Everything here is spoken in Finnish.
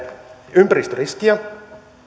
ympäristöriskiä